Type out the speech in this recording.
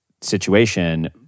situation